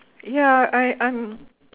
ya I I'm